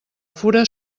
fura